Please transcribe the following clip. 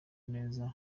neza